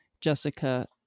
Jessica